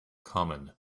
common